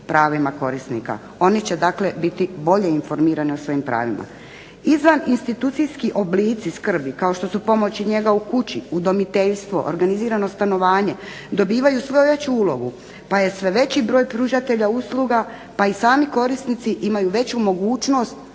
pravima korisnika. Oni će biti bolje informirani o svojim pravima. Izvaninstitucijski oblici skrbi kao što su pomoć i njega u kući, udomiteljstvo, organizirano stanovanje dobivaju sve veću ulogu pa je sve veći broj pružatelja usluga pa i sami korisnici imaju veću mogućnost,